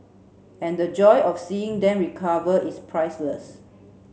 and the joy of seeing them recover is priceless